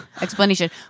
explanation